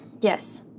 Yes